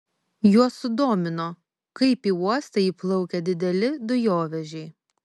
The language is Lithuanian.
juos sudomino kaip į uostą įplaukia dideli dujovežiai